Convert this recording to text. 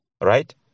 right